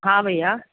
हा भैया